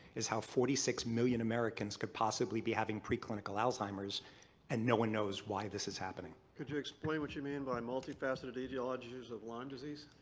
is how forty six million americans could possibly be having preclinical alzheimer's and no one knows why this is happening. could you explain what you mean by multifaceted etiologies of lyme disease?